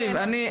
זיו,